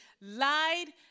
lied